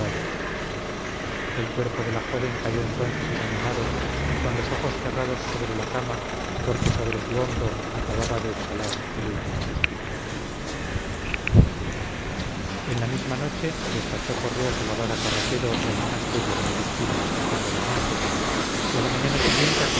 el cuerpo de la joven cayó entonces inanimado y con los ojos cerrados sobre la cama porque sobre su hombro acababa de exhalar el último suspiro en la misma noche despachó correos el abad a carracedo y al monasterio benedictino de san pedro de montes y a la mañana siguiente